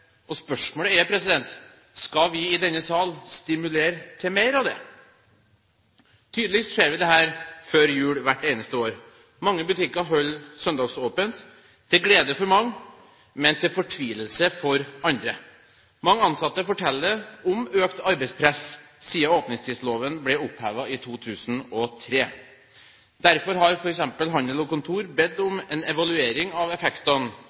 Spørsmålet er: Skal vi i denne sal stimulere til mer av det? Tydeligst ser vi dette før jul hvert eneste år. Mange butikker holder søndagsåpent – til glede for mange, men til fortvilelse for andre. Mange ansatte forteller om økt arbeidspress etter at åpningstidsloven ble opphevet i 2003. Derfor har f.eks. Handel og Kontor bedt om en evaluering av effektene